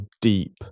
deep